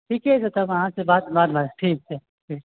ठीके छै तब अहाँ सँ बात भेल ठीक छै